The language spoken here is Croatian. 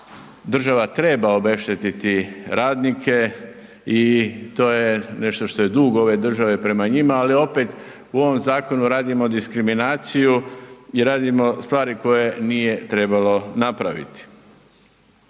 država treba obeštetiti radnike i to je nešto što je dug ove države prema njima, ali opet u ovom zakonu radimo diskriminaciju i radimo stvari koje nije trebalo napraviti.